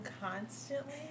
constantly